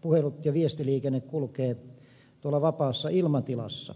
puhelut ja viestiliikenne kulkevat vapaassa ilmatilassa